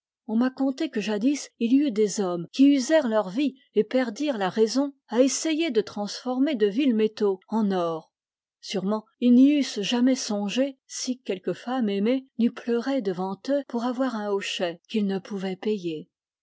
on m'a conté que jadis il y eut des hommes qui usèrent leur vie et perdirent la raison à essayer de transformer de vils métaux en or sûrement ils n'y eussent jamais songé si quelque femme aimée n'eût pleuré devant eux pour avoir un hochet qu'ils ne pouvaient payer